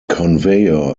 conveyor